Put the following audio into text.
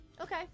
Okay